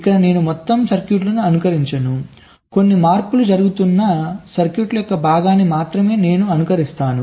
ఇక్కడ నేను మొత్తం సర్క్యూట్లను అనుకరించను కొన్ని మార్పులు జరుగుతున్న సర్క్యూట్ల యొక్క భాగాన్ని మాత్రమే నేను అనుకరిస్తాను